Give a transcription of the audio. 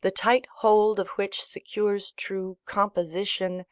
the tight hold of which secures true composition